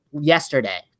yesterday